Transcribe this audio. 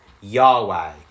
Yahweh